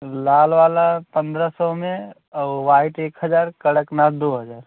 लाल वाला पंद्रह सौ में और वाइट एक हज़ार कड़कनाथ दो हज़ार